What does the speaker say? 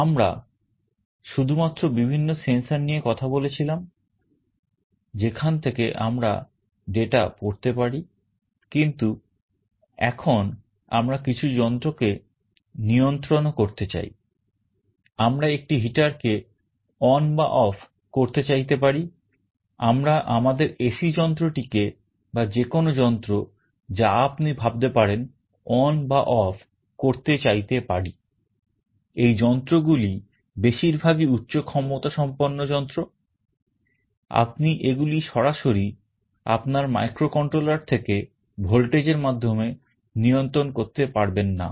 আমরা শুধুমাত্র বিভিন্ন sensor নিয়ে কথা বলেছিলাম যেখান থেকে আমরা ডাটা যন্ত্র আপনি এগুলো সরাসরি আপনার মাইক্রোকন্ট্রোলার থেকে ভোল্টেজ এর মাধ্যমে নিয়ন্ত্রণ করতে পারবেন না